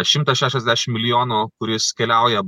šimtą šešiasdešim milijonų kuris keliauja